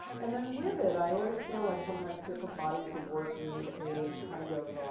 and then, with it, i always feel like sometimes different bodies of work need a kind of,